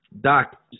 Doc